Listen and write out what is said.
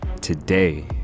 Today